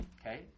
Okay